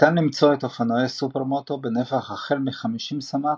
ניתן למצוא אופנועי סופרמוטו בנפח החל מ-50 סמ"ק,